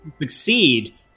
succeed